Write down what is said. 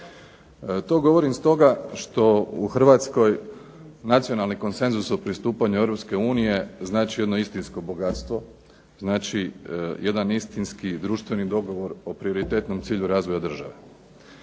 To govorim stoga što u Hrvatskoj nacionalni konsenzus o pristupanju Europske unije znači jedno istinsko bogatstvo, znači jedan istinski društveni dogovor o prioritetnom cilju razvoja države.